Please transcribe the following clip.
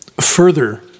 Further